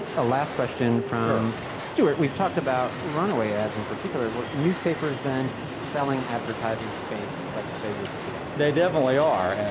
a last question from stewart. we've talked about runaway ads in particular. were newspapers then selling advertising space like they would today? they definitely are,